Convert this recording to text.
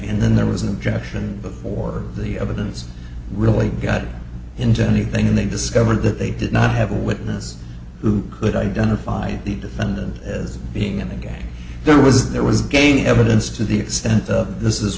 and then there was an objection before the evidence really got into anything and they discovered that they did not have a witness who could identify the defendant as being and again there was there was gaining evidence to the extent of this is